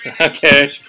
Okay